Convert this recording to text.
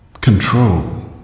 control